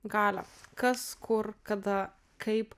galią kas kur kada kaip